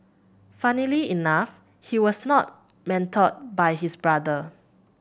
funnily enough he was not mentored by his brother